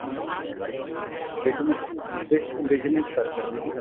बिजन business purpose सां